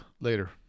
later